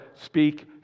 speak